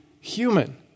human